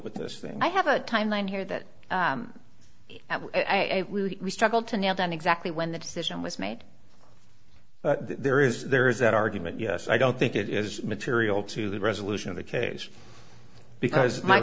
with this thing i have a timeline here that we struggled to nail down exactly when the decision was made but there is there is that argument yes i don't think it is material to the resolution of the case because my